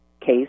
case